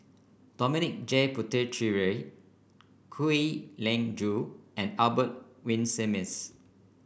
Dominic J Puthucheary Kwek Leng Joo and Albert Winsemius